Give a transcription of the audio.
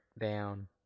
down